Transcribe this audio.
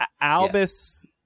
Albus